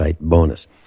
bonus